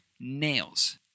nails